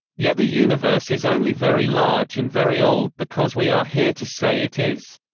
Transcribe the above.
yet the universe is only very large and very old because we are here to say it is.